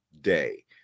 Day